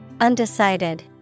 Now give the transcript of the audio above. Undecided